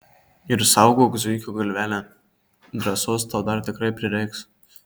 ir saugok zuikio galvelę drąsos tau dar tikrai prireiks